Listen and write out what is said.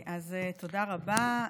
תודה רבה.